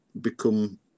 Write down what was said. become